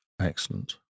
excellent